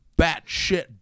batshit